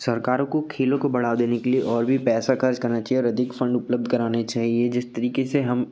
सरकारों को खेलों को बढ़ावा देने के लिए और भी पैसा ख़र्च करना चाहिए और अधिक फंड उपलब्ध कराने चाहिए जिस तरीक़े से हम